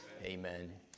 Amen